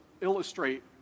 illustrate